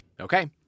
Okay